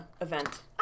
event